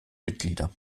mitglieder